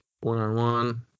one-on-one